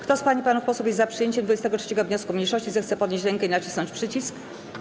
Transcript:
Kto z pań i panów posłów jest za przyjęciem 23. wniosku mniejszości, zechce podnieść rękę i nacisnąć przycisk.